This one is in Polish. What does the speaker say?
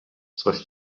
coś